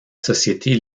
société